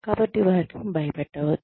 కాబట్టి వారిని భయపెట్టవద్దు